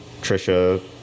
Trisha